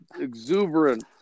exuberant